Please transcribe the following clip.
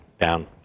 down